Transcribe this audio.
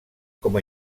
com